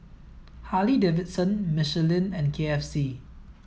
Harley Davidson Michelin and K F C